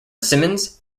simons